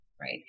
Right